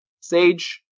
Sage